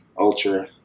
ultra